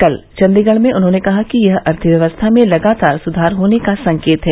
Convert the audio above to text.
कल चंडीगढ़ में उन्होंने कहा कि यह अर्थव्यवस्था में लगातार सुधार होने का संकेत है